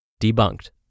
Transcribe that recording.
Debunked